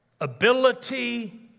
ability